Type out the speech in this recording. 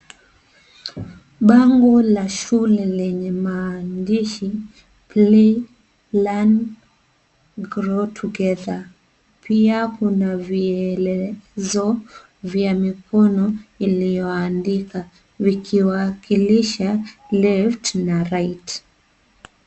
Bango la shule lenye maandishi play, learn grow together na pia Kuna vielezo vya mikono ilioandika vikiwakilisha left na right .